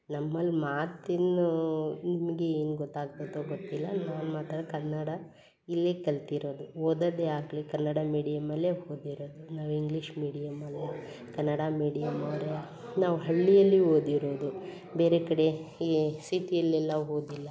ನಮ್ಮಲ್ಲಿ ಮಾತಿನ್ನೂ ನಿಮಗೆ ಏನು ಗೊತ್ತಾಗಬೇಕೋ ಗೊತ್ತಿಲ್ಲ ನಾನು ಮಾತ್ರ ಕನ್ನಡ ಇಲ್ಲಿಯೇ ಕಲಿತಿರೋದು ಹೋದೋದೆ ಆಗಲಿ ಕನ್ನಡ ಮೀಡಿಯಮ್ ಅಲ್ಲಿಯೇ ಓದಿರೋದು ನಾವು ಇಂಗ್ಲೀಷ್ ಮೀಡಿಯಮ್ ಅಲ್ಲ ಕನ್ನಡ ಮೀಡಿಯಮ್ ಅವರೇ ನಾವು ಹಳ್ಳಿಯಲ್ಲಿ ಓದಿರೋದು ಬೇರೆ ಕಡೆ ಈ ಸಿಟಿಯಲ್ಲಿ ಎಲ್ಲ ಓದಿಲ್ಲ